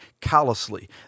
callously